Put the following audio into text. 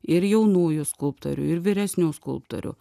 ir jaunųjų skulptorių ir vyresnių skulptorių